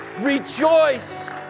Rejoice